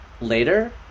later